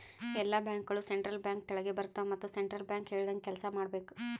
ಎಲ್ಲಾ ಬ್ಯಾಂಕ್ಗೋಳು central bank ತೆಳಗೆ ಬರ್ತಾವ ಮತ್ ಸೆಂಟ್ರಲ್ ಬ್ಯಾಂಕ್ ಹೇಳ್ದಂಗೆ ಕೆಲ್ಸಾ ಮಾಡ್ಬೇಕ್